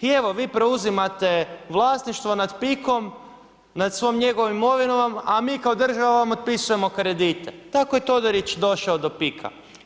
i evo, vi preuzimate vlasništvo nad Pikom nad svom njegovom imovinom, a mi kao država vam otpisujemo kredite, tako je Todorić došao do PIK-a.